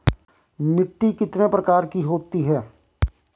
मिट्टी कितने प्रकार की होती है?